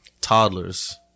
toddlers